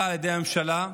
עלייתו השמיימה.